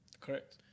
Correct